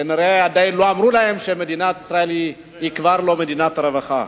כנראה עדיין לא אמרו להם שמדינת ישראל היא כבר לא מדינת רווחה.